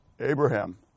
Abraham